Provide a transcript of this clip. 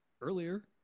earlier